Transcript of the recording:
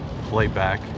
playback